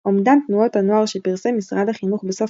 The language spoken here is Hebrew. אומדן תנועות הנוער שפרסם משרד החינוך בסוף